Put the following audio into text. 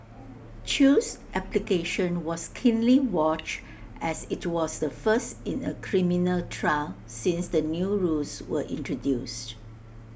chew's application was keenly watched as IT was the first in A criminal trial since the new rules were introduced